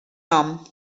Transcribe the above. nom